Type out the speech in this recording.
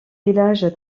village